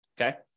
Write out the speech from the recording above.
Okay